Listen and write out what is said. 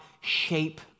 shape